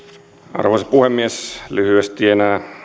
arvoisa puhemies lyhyesti enää